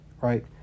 right